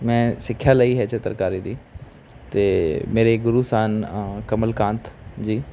ਮੈਂ ਸਿੱਖਿਆ ਲਈ ਹੈ ਚਿੱਤਰਕਾਰੀ ਦੀ ਅਤੇ ਮੇਰੇ ਗੁਰੂ ਸਨ ਕਮਲ ਕਾਂਤ ਜੀ